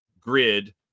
grid